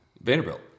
Vanderbilt